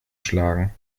schlagen